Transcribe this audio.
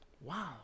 Wow